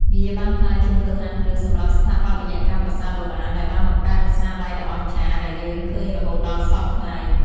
វាបានក្លាយជាមូលដ្ឋានគ្រឹះសម្រាប់ស្ថាបត្យកម្មប្រាសាទបុរាណដែលបានបង្កើតនូវស្នាដៃដ៏អស្ចារ្យដែលយើងឃើញរហូតដល់សព្វថ្ងៃ។